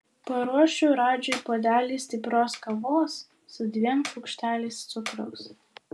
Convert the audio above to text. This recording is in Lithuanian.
paruošiu radžiui puodelį stiprios kavos su dviem šaukšteliais cukraus